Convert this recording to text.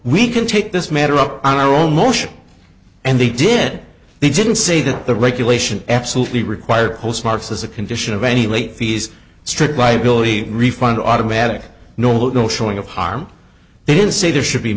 we can take this matter up on our own motion and they did they didn't say that the regulation absolutely required postmarks as a condition of any late fees strict liability refund automatic normal girl showing of harm they didn't say there should be